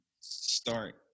start